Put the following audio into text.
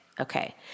Okay